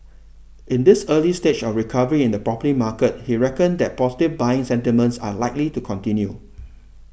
in this early stage of recovery in the property market he reckoned that positive buying sentiments are likely to continue